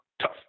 tough